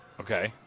Okay